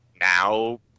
now